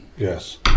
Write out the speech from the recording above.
Yes